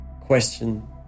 Question